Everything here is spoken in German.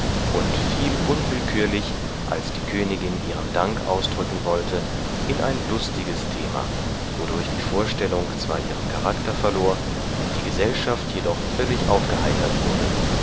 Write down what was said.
und fiel unwillkürlich als die königin ihren dank ausdrücken wollte in ein lustiges thema wodurch die vorstellung zwar ihren charakter verlor die gesellschaft jedoch völlig aufgeheitert wurde